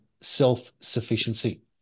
self-sufficiency